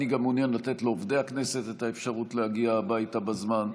אני מעוניין לתת גם לעובדי הכנסת את האפשרות להגיע הביתה בזמן,